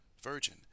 virgin